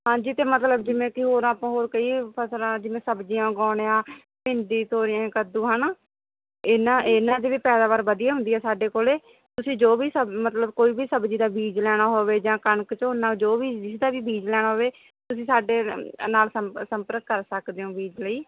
ਹਾਂਜੀ ਤੇ ਮਤਲਬ ਜਿਵੇਂ ਕਿ ਹੋਰ ਆਪਾਂ ਹੋਰ ਕਈ ਫਸਲਾਂ ਜਿਵੇਂ ਸਬਜ਼ੀਆਂ ਉਗਾਉਨੇ ਆ ਭਿੰਡੀ ਤੋਰੀਆ ਕੱਦੂ ਹਨਾ ਇਹਨਾ ਇਹਨਾਂ ਦੀ ਵੀ ਪੈਦਾਵਾਰ ਵਧੀਆ ਹੁੰਦੀ ਹ ਸਾਡੇ ਕੋਲੇ ਤੁਸੀਂ ਜੋ ਵੀ ਸਬ ਮਤਲਬ ਕੋਈ ਵੀ ਸਬਜੀ ਦਾ ਬੀਜ ਲੈਣਾ ਹੋਵੇ ਜਾਂ ਕਣਕ ਝੋਨਾ ਜੋ ਵੀ ਜਿਹਦਾ ਬੀਜ ਲੈਣਾ ਹੋਵੇ ਤੁਸੀਂ ਸਾਡੇ ਨਾਲ ਸੰਪ ਸੰਪਰਕ ਕਰ ਸਕਦੇ ਹੋ ਬੀਜ ਲਈ